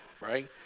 right